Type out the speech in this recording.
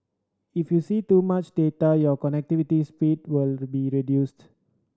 if you see too much data your connectivity speed will be reduced